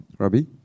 Robbie